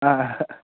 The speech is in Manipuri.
ꯑꯥ